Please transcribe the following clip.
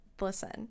Listen